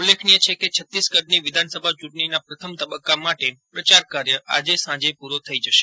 ઉલ્લેખનીય છે કે છત્તીસગઢની વિધાનસભા ચૂંટણીના પ્રથમ તબક્કા માટે પ્રચારકાર્ય આજે સાંજે પૂરો થઇ જશે